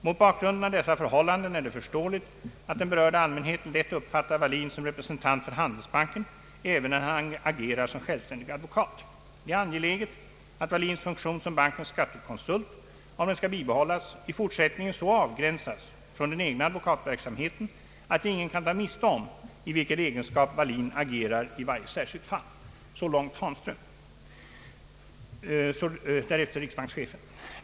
Mot bakgrunden av dessa förhållanden är det förståeligt, att den berörda allmänheten lätt uppfattar Wallin som representant för Handelsbanken även när han agerar som självständig advokat. Det är angeläget, att Wallins funktion som bankens skattekonsult — om den skall bibehållas — i fortsättningen så avgränsas från den egna advokatverksamheten, att ingen kan ta miste om, i vilken egenskap Wallin agerar i varje särskilt fall.